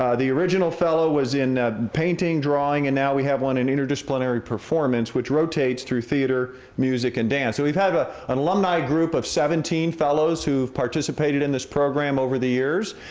ah the original fellow was in painting, drawing, and now we have one in interdisciplinary performance, which rotates through theater, music and dance. so, we've had ah an alumni group of seventeen fellows who've participated in this program over the years.